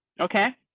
okay,